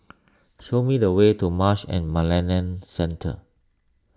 show me the way to Marsh and McLennan Centre